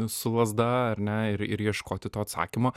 su lazda ar ne ir ir ieškoti to atsakymo